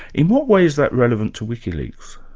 in what way is that relevant to wikileaks?